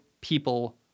people